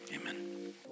amen